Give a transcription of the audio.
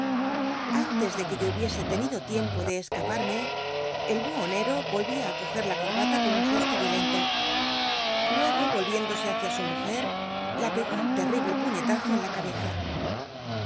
antes dc'que yo hubiese tenido tiempo de esca parmc el buhonero vohia i coger la corbata con un gesto violento luego volviéndose htícia su mujer la pegó un terrible puñetazo en la c